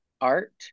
art